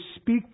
speak